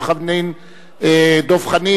גם דב חנין,